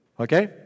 Okay